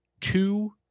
two